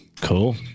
Cool